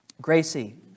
Gracie